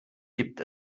gibt